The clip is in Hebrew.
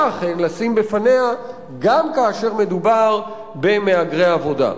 אכן לשים בפניה גם כאשר מדובר במהגרי עבודה.